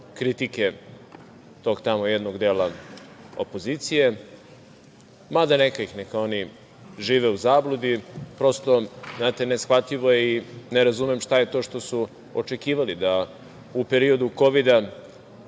kritike tog tamo jednog dela opozicije. Mada, neka ih, neka oni žive u zabludi, prosto, znate, neshvatljivo je i ne razumem, šta je to što su očekivali da u periodu Kovida